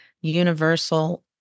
universal